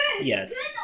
Yes